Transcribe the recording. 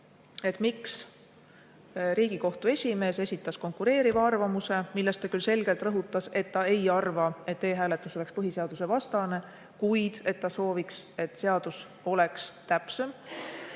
miks Riigikohtu esimees esitas konkureeriva arvamuse, millest ta küll selgelt rõhutas, et ta ei arva, et e-hääletus on põhiseadusevastane, kuid et ta sooviks, et seadus oleks täpsem.